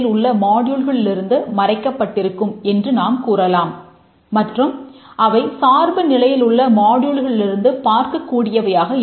module எம்1 பார்க்கக் கூடியவையாக இருக்காது